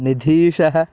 निधीशः